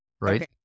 Right